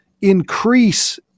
increase